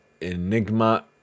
enigma